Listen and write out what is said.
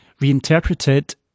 reinterpreted